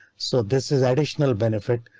so this is additional benefit.